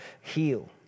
heal